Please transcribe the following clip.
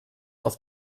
auf